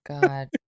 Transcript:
God